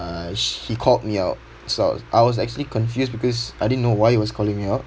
she called me out so I was I was actually confused because I didn't know why he was calling me out